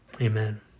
amen